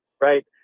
right